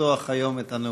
לפתוח היום את הנאומים.